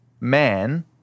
man